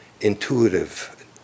intuitive